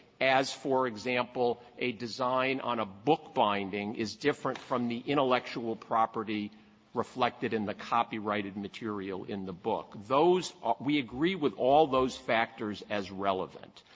as, for example, a design on a book binding is different from the intellectual property reflected in the copyright and material in the book. those we agree with all those factors as relevant,